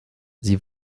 sie